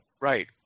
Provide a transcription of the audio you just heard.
Right